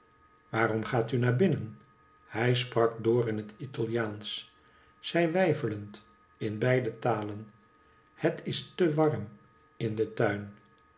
waarom gaat u naar binnen hij sprak door in het italiaansch zij weifelend in beide talen het is te warm in den tuin